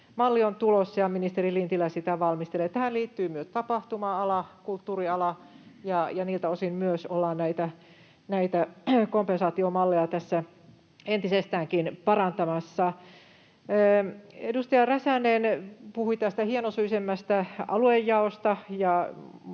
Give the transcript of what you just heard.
on tulossa, ja ministeri Lintilä sitä valmistelee. Tähän liittyy myös tapahtuma-ala, kulttuuriala, ja myös niiltä osin ollaan näitä kompensaatiomalleja tässä entisestäänkin parantamassa. Edustaja Räsänen puhui tästä hienosyisemmästä aluejaosta